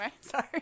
sorry